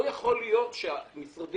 לא יכול להיות שהמשרדים